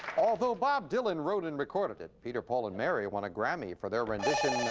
although bob dylan wrote and recorded it, peter, paul and mary won a grammy for their rendition.